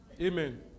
Amen